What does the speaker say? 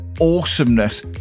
Awesomeness